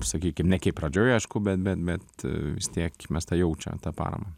sakykim ne kai pradžioj aišku bet bet bet vis tiek mes tą jaučiam tą paramą